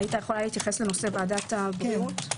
היתה יכולה להתייחס לנושא ועדת הבריאות.